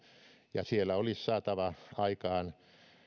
ja siellä olisi saatava aikaan